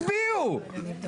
אין הצבעה עכשיו.